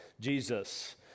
Jesus